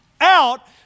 out